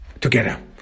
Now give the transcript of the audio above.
together